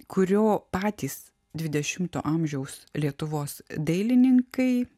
kurio patys dvidešimto amžiaus lietuvos dailininkai